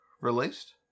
released